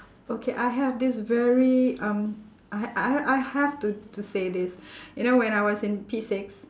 okay I have this very um I I I have to to say this you know when I was in P six